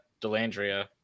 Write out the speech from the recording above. DeLandria